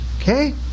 Okay